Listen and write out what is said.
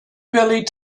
bellied